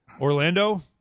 Orlando